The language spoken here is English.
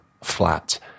flat